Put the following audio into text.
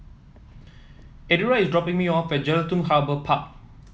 Eduardo is dropping me off at Jelutung Harbour Park